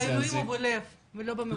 אלוהים הוא בלב ולא במקומות.